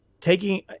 taking